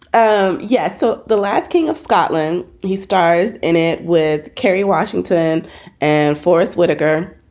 um yeah. so the last king of scotland who stars in it with kerry washington and forest whitaker